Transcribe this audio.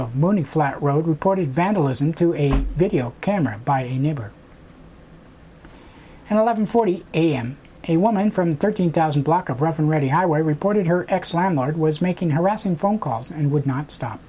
of money flat road reported vandalism to a video camera by a neighbor and eleven forty a m a woman from thirteen thousand block of rough and ready highway reported her ex landlord was making harassing phone calls and would not stop